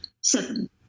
Seven